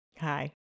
Hi